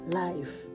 life